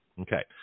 Okay